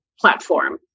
platform